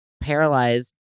paralyzed